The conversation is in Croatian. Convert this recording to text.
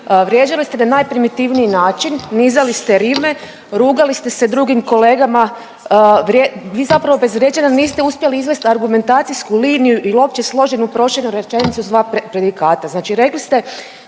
Vrijeđali ste na najprimitivniji način, nizali ste rime, rugali ste se drugim kolegama, vi zapravo bez vrijeđanja niste uspjeli izvest argumentacijsku liniju il opće složenu proširenu rečenicu s dva predikata. Znači rekli ste